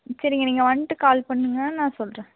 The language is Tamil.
சரிங்க நீங்கள் வந்துட்டு கால் பண்ணுங்க நான் சொல்கிறேன்